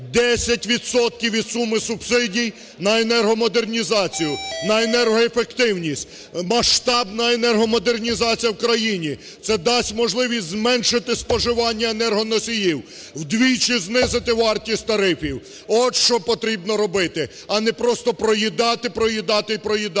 від суми субсидій – на енергомодернізацію, на енергоефективність. Масштабна енергомодернізація в країні, це дасть можливість зменшити споживання енергоносіїв, вдвічі знизити вартість тарифів. От що потрібно робити, а не просто проїдати, проїдати і проїдати.